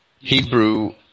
Hebrew